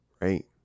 Right